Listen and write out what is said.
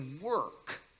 work